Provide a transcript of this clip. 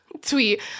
tweet